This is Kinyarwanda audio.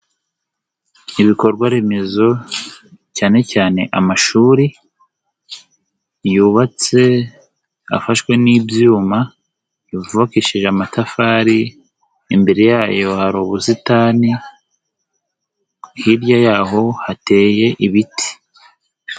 Ibikorwa remezo cyane cyane amashuri yubatse afashwe n'ibyuma; yubakishije amatafari, imbere yayo hari ubusitani, hirya y'aho hateye ibiti.